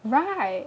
right